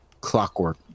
clockwork